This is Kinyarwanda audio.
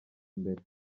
imbere